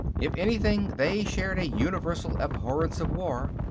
if anything, they shared a universal abhorrence of war.